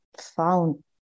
found